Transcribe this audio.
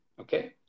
Okay